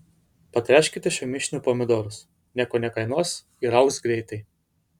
patręškite šiuo mišiniu pomidorus nieko nekainuos ir augs greitai